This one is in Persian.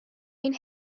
این